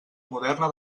moderna